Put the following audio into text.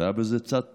והיה בזה צד טוב,